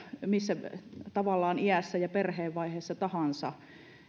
missä iässä ja perheenvaiheessa tahansa